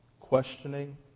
questioning